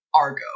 Argo